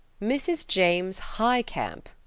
mrs. james highcamp